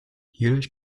hierdurch